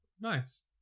Nice